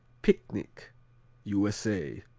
picnic u s a.